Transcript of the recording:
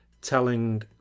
telling